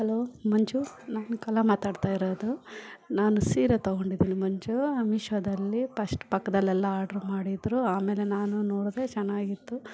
hello Manju ನಾನು ಕಲಾ ಮಾತಾಡ್ತಾಯಿರೋದು ನಾನು ಸೀರೆ ತಗೊಂಡಿದಿನಿ ಮಂಜು ಮೀಶೋದಲ್ಲಿ ಪಶ್ಟ್ ಪಕ್ಕದಲ್ಲೆಲ್ಲ ಆರ್ಡ್ರ್ ಮಾಡಿದ್ರು ಆಮೇಲೆ ನಾನು ನೋಡಿದೆ ಚೆನ್ನಾಗಿತ್ತು